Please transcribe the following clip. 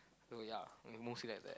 so ya and mostly like that